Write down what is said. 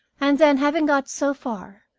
and then, having got so far,